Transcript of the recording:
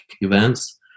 events